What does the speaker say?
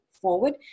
forward